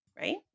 right